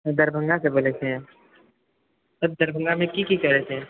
दरभंगासँ बोलय छियै तऽ दरभंगामे कि कि करैत छै